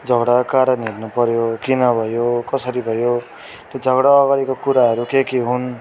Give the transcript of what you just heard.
झगडाको कारण हेर्नुपऱ्यो किन भयो कसरी भयो त्यो झगडा अगाडिको कुराहरू के के हुन्